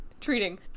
treating